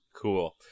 Cool